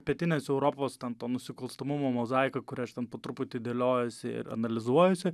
pietinės europos ten to nusikalstamumo mozaiką kurią aš ten po truputį dėliojuosi ir analizuojuosi